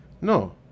No